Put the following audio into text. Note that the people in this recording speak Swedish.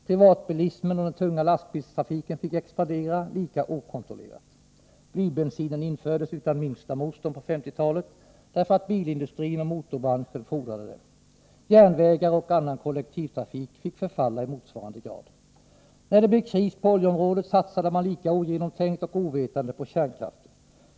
Privatbilismen och den tunga lastbilstrafiken fick expandera lika okontrollerat. Blybensinen infördes utan det minsta motstånd under 1950-talet, därför att bilindustrin och motorbranschen fordrade det. Järnvägar och annan kollektivtrafik fick förfalla i motsvarande grad. När det blev kris på oljeområdet satsade man lika ogenomtänkt och ovetande på kärnkraften.